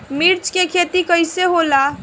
मिर्च के खेती कईसे होला?